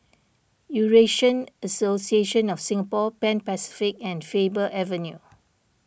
Eurasian Association of Singapore Pan Pacific and Faber Avenue